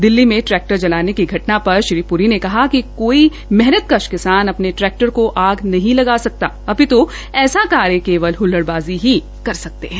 दिल्ली में ट्रैक्टर जलाने की घटना पर श्री प्री ने कहा कि कोई मेहनतकश किसान अपने ट्रैक्टर को आग नहीं लगा सकता अपित् ऐसा कार्य केवल हल्ल्इबाज़ी ही कर सकते है